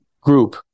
group